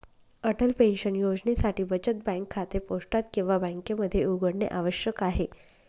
Atal pension योजनेसाठी बचत bank खाते पोस्टात किंवा बँकेमध्ये उघडणे आवश्यक आहे